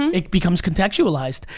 it becomes contextualized.